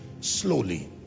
slowly